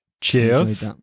Cheers